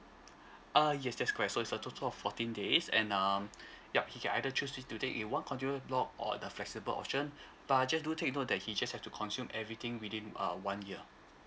err yes that's correct so it's a total of fourteen days and um yup he can either choose to take in one continuous block or the flexible option but just do take note that he just have to consume everything within uh one year